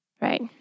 Right